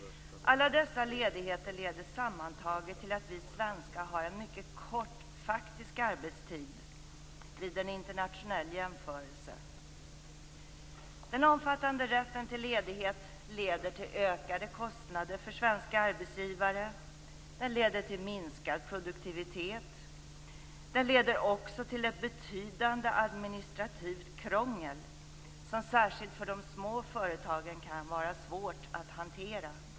Alla dessa ledigheter leder sammantaget till att vi svenskar har en mycket kort faktisk arbetstid vid en internationell jämförelse. Den omfattande rätten till ledighet leder till ökade kostnader för svenska arbetsgivare. Den leder till minskad produktivitet. Den leder också till ett betydande administrativt krångel, som särskilt för de små företagen kan vara svårt att hantera.